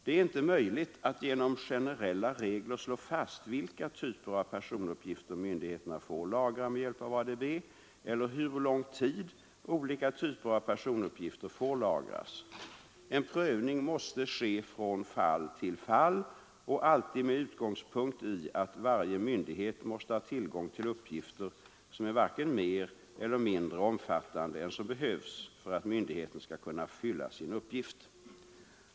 Det är inte möjligt att genom generella regler slå fast vilka typer av personuppgifter myndigheterna får lagra med hjälp av ADB eller hur lång tid olika typer av personuppgifter får lagras. En prövning måste ske från fall till fall och alltid med utgångspunkt i att varje myndighet måste ha tillgång till uppgifter som är varken mer eller mindre omfattande än som behövs för att myndigheten skall kunna fylla sin uppgift.